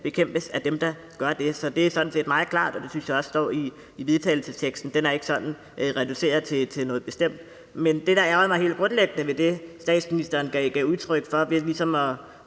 bekæmpes af dem, der gør det. Så det er sådan set meget klart, og det synes jeg også står i forslaget til vedtagelse – den er ikke sådan reduceret til noget bestemt. Men det, der helt grundlæggende ærgrede mig ved det, statsministeren gav udtryk for,